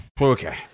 okay